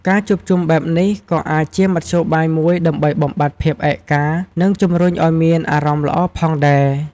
ការជួបជុំបែបនេះ ក៏អាចជាមធ្យោបាយមួយដើម្បីបំបាត់ភាពឯកា និងជំរុញឱ្យមានអារម្មណ៍ល្អផងដែរ។